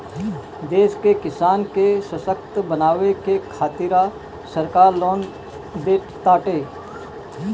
देश के किसान के ससक्त बनावे के खातिरा सरकार लोन देताटे